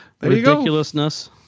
ridiculousness